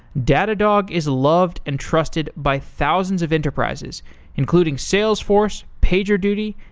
datadog is loved and trusted by thousands of enterprises including salesforce, pagerduty,